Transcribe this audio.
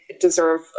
deserve